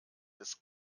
des